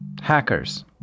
hackers